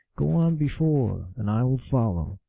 go on before, and i will follow.